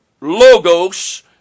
logos